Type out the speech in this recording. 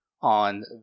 on